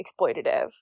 exploitative